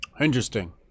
Interesting